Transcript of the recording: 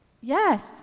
Yes